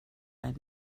einen